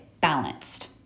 balanced